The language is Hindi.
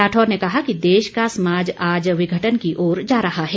राठौर ने कहा कि देश का समाज आज विघटन की ओर जा रहा है